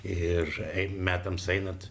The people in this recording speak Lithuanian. ir metams einant